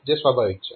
જે સ્વાભાવિક છે